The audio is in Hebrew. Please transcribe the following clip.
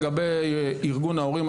לגבי ארגון ההורים,